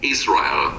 Israel